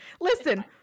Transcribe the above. Listen